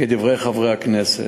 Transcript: כדברי חברי הכנסת.